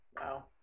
Wow